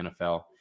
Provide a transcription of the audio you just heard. NFL